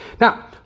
now